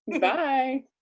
Bye